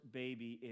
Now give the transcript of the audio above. baby